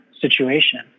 situation